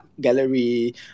gallery